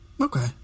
Okay